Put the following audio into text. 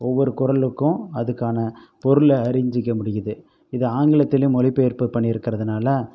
ஒவ்வொரு குறளுக்கும் அதுக்கான பொருளை அறிஞ்சுக்க முடியுது இது ஆங்கிலத்திலையும் மொழி பெயர்ப்பு பண்ணியிருக்கிறதுனால